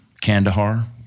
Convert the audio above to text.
Kandahar